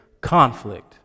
conflict